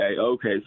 Okay